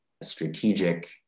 strategic